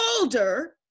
older